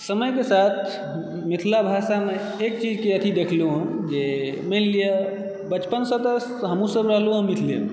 समयके साथ मिथिला भाषामे एक चीजके अथी देखलहुँ जे मानि लिअऽ बचपनसँ हमहुँ सब तऽ रहलहुँ मिथिलेमे